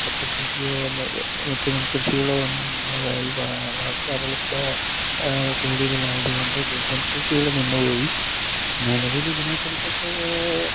കപ്പക്കൃഷിയോ അല്ലേ മറ്റു നെൽകൃഷികളോ ഒന്നും ഇല്ലാതായി വരൾച്ച കൂടിയതിൽ ആയതുകൊണ്ട് നെൽക്കൃഷികൾ നിന്നുപോയി നിവിലിൽ ഇതിനെക്കുറിച്ചൊക്കെ